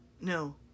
No